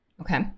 okay